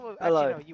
Hello